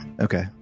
Okay